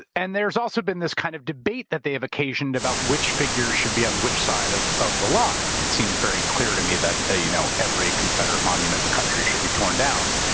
and there's also been this kind of debate that they have occasioned about which figures should be on which side of of the line. it seems very clear to me that ah you know every confederate monument in the country should be torn down.